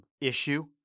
issue